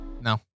no